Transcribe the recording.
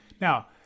Now